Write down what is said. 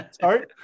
Sorry